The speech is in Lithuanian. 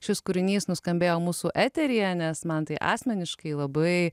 šis kūrinys nuskambėjo mūsų eteryje nes man tai asmeniškai labai